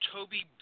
Toby